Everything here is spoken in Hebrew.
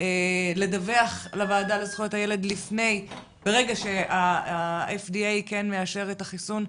לדווח לוועדה לזכויות הילד ברגע שה-FDA כן מאשר את החיסון,